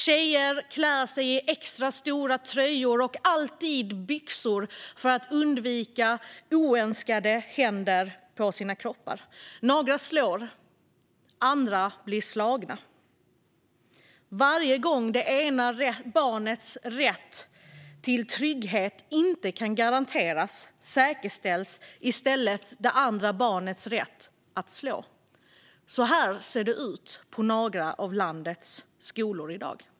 Tjejer klär sig i extra stora tröjor och alltid i byxor för att undvika oönskade händer på sina kroppar. Några slår, andra blir slagna. Varje gång det ena barnets rätt till trygghet inte kan garanteras säkerställs i stället det andra barnets rätt att slå. Så ser det ut på några av landets skolor i dag.